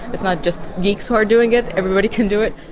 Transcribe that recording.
it's not just geeks who are doing it everybody can do it.